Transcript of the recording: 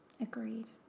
Agreed